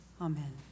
Amen